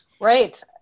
Right